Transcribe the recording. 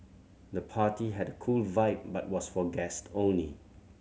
the party had cool vibe but was for guest only